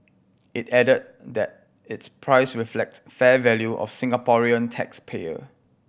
it added that its price reflects fair value for the Singaporean tax payer